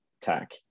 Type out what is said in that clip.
tech